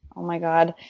oh, my god.